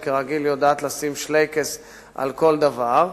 שכרגיל יודעת לשים שלייקעס על כל דבר.